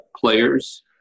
players